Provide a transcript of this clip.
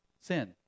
sin